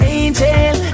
angel